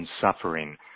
suffering